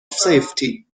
safety